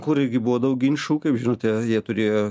kur irgi buvo daug ginčų kaip žinote jie turėjo